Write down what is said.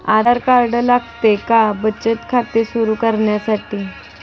आधार card लागते का बचत खाते सुरू करण्यासाठी?